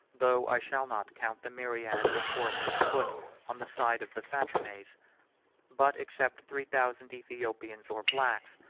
though i shall not count the myriads of horse and foot on the side of the fatimites but, except three thousand ethiopians or blacks,